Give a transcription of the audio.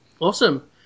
Awesome